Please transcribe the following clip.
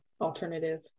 alternative